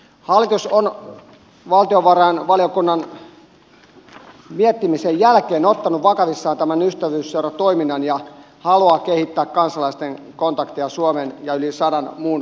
hallitus on valtiovarainvaliokunnan miettimisen jälkeen ottanut vakavissaan tämän ystävyysseuratoiminnan ja haluaa kehittää kansalaisten kontaktia suomen ja yli sadan muun maan kanssa